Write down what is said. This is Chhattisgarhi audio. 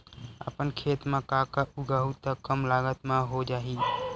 अपन खेत म का का उगांहु त कम लागत म हो जाही?